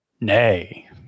Nay